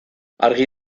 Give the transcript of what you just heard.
argi